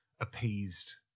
appeased